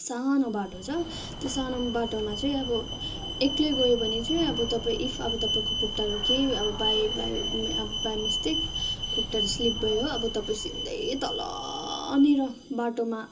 सानो बाटो छ त्यो सानो बाटोमा चाहिँ अब एक्लै गयो भने चाहिँ अब तपाईँ इफ अब तपाईँको खुट्टाहरू केही अब बाई बाई अब बाई मिस्टेक खुट्टाहरू स्लिप भयो हो अब तपाईँ सिधै तलनिर बाटोमा